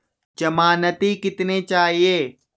ज़मानती कितने चाहिये?